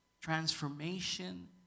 Transformation